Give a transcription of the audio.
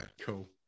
cool